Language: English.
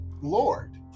Lord